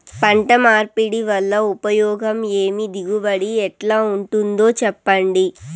పంట మార్పిడి వల్ల ఉపయోగం ఏమి దిగుబడి ఎట్లా ఉంటుందో చెప్పండి?